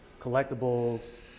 collectibles